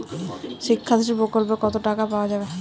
শিক্ষাশ্রী প্রকল্পে কতো টাকা পাওয়া যাবে?